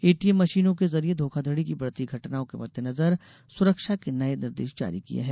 ATM मंशीनों के जरिए धोखाघड़ी की बढ़ती घटनाओं के मद्देनजर सुरक्षा के नए निर्देश जारी किए हैं